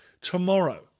Tomorrow